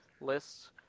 lists